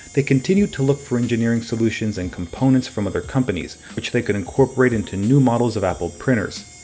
they continued to look for engineering solutions and components from other companies, which they could incorporate into new models of apple printers.